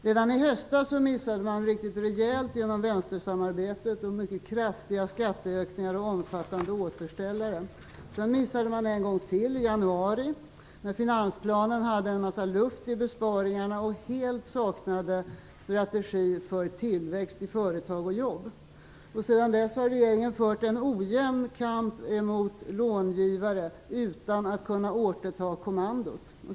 Redan i höstas missade man riktigt rejält genom vänstersamarbetet, kraftigt höjda skatter och omfattande återställare. Sedan missade man en gång till i januari när besparingarna i finansplanen innehöll en massa luft och helt saknade strategi för tillväxt i företag och jobb. Sedan dess har regeringen fört en ojämn kamp mot långivare utan att kunna återta kommandot.